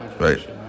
Right